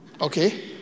okay